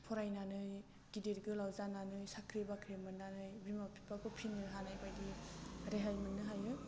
फरायनानै गिदिर गोलाव जानानै साख्रि बाख्रि मोन्नानै बिमा बिफाखौ फिनो हानाय बायदि रेहाय मोन्नो हायो